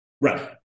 Right